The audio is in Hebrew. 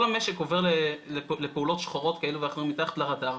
כל המשק עובר לפעולות שחורות כאלה ואחרות מתחת לרדאר,